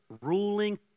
ruling